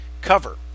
cover